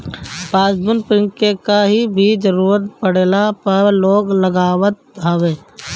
passbook print के कहीं भी जरुरत पड़ला पअ लोग लगावत हवे